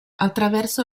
attraverso